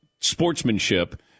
sportsmanship